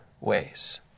ways